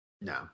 No